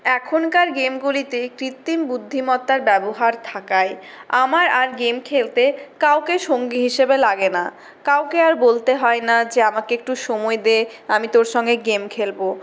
এখনকার গেমগুলিতে কৃত্রিম বুদ্ধিমত্তার ব্যবহার থাকায় আমার আর গেম খেলতে কাউকে সঙ্গী হিসেবে লাগে না কাউকে আর বলতে হয় না যে আমাকে একটু সময় দে আমি তোর সঙ্গে গেম খেলবো